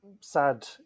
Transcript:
sad